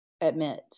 admit